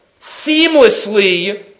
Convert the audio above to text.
seamlessly